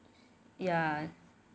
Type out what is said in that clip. ya